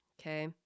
Okay